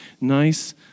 nice